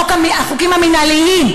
החוקים המינהליים.